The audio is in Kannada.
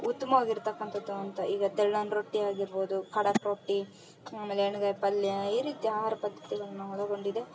ಉತ್ತಮವಾಗಿರತಕ್ಕಂಥದ್ದು ಅಂತ ಈಗ ತೆಳ್ಳನ ರೊಟ್ಟಿ ಆಗಿರ್ಬೋದು ಖಡಕ್ ರೊಟ್ಟಿ ಆಮೇಲೆ ಎಣ್ಣೆಗಾಯಿ ಪಲ್ಯ ಈ ರೀತಿ ಆಹಾರ ಪದ್ದತಿಗಳನ್ನ ಒಳಗೊಂಡಿದೆ